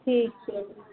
ਠੀਕ ਹੈ ਜੀ